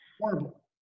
Horrible